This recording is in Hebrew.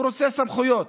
הוא רוצה סמכויות,